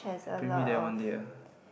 you bring me there one day ah